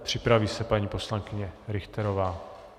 Připraví se paní poslankyně Richterová.